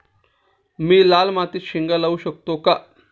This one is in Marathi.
मी लाल मातीत शेंगा लावू शकतो का?